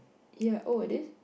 ya oh it is